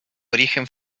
origen